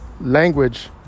language